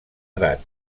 edat